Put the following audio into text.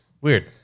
weird